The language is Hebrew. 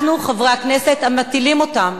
אנחנו, חברי הכנסת, המטילים אותם